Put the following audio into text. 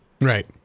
Right